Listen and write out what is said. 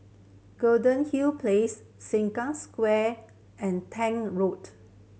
Golden Hill Place Sengkang Square and Tank Road